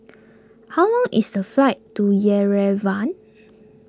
how long is the flight to Yerevan